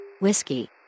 Whiskey